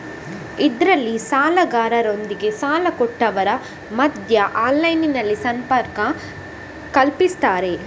ಇದ್ರಲ್ಲಿ ಸಾಲಗಾರರೊಂದಿಗೆ ಸಾಲ ಕೊಟ್ಟವರ ಮಧ್ಯ ಆನ್ಲೈನಿನಲ್ಲಿ ಸಂಪರ್ಕ ಕಲ್ಪಿಸ್ತಾರೆ